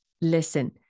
Listen